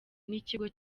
n’ikigo